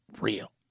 real